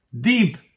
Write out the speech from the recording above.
deep